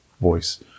voice